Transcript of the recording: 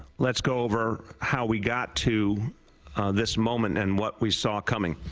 let's go over how we got to this moment and what we saw coming.